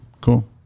cool